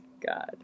God